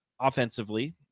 offensively